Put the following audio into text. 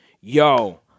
yo